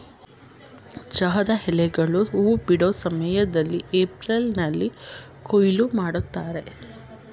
ಚಹಾದ ಎಲೆಗಳು ಹೂ ಬಿಡೋ ಸಮಯ್ದಲ್ಲಿ ಏಪ್ರಿಲ್ನಲ್ಲಿ ಕೊಯ್ಲು ಮಾಡ್ತರೆ